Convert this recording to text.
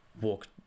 walk